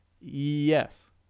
Yes